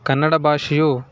ಕನ್ನಡ ಭಾಷೆಯು